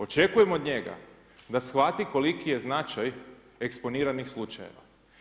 Očekujem od njega da shvati koliki je značaj eksponiranih slučaja.